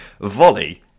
Volley